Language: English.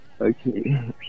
Okay